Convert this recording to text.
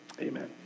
amen